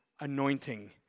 anointing